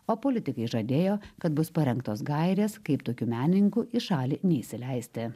o politikai žadėjo kad bus parengtos gairės kaip tokių menininkų į šalį neįsileisti